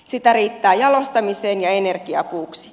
sitä riittää jalostamiseen ja energiapuuksi